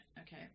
okay